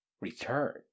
return